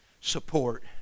support